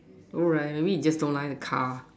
oh right maybe you just don't like the car